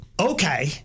Okay